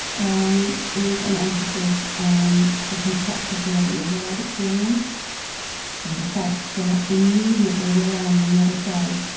um is an emphasis on the complexity of the israelite experience and the fact that, immediately they land on the other side,